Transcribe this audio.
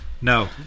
No